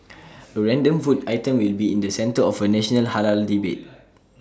A random food item will be in the centre of A national Halal debate